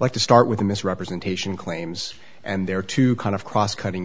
like to start with mis representation claims and there are two kind of cross cutting